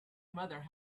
mother